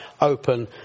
open